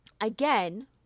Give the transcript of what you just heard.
Again